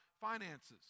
finances